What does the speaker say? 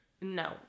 No